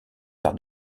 parts